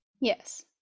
Yes